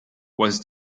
was